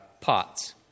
pots